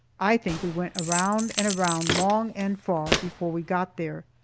i think we went around and around, long and far, before we got there.